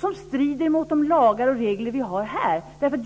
som strider mot de lagar och regler vi har här.